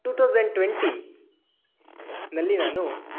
to thousand ಟ್ವೆಂಟಿಯಲ್ಲಿ ನಾನು